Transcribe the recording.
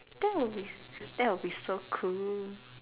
that will be that will be so cool